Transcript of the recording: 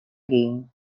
game